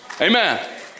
Amen